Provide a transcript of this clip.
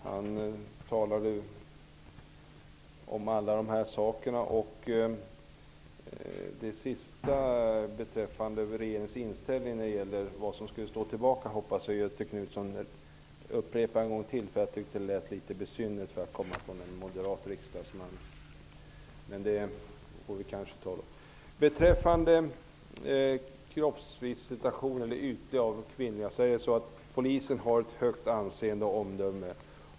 Beträffande det Göthe Knutson avslutningsvis sade om regeringens inställning och om vad som skulle stå tillbaka vill jag säga att jag hoppas att han upprepar vad han sade. Det lät litet besynnerligt för att komma från en moderat riksdagsman. När det gäller ytlig kroppsvisitation av kvinnor kan jag säga att Polisen har ett gott anseende och omdöme.